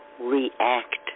react